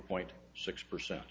point six percent